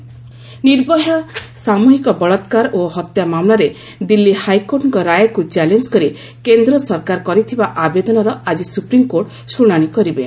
SC Nirbhaya Nirbhaya ସାମୃହିକ ବଳାକ୍କାର ଓ ହତ୍ୟା ମାମଲାରେ ଦିଲ୍ଲୀ ହାଇକୋର୍ଟଙ୍କ ରାୟକୁ ଚାଲେଞ୍ଜ କରି କେନ୍ଦ୍ର ସରକାର କରିଥିବା ଆବେଦନର ଆଜି ସୁପ୍ରିମକୋର୍ଟ ଶୁଣାଣି କରିବେ